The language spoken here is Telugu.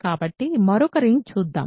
కాబట్టి మరొక రింగ్ చూద్దాం